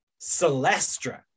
Celestra